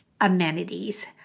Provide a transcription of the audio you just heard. amenities